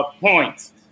points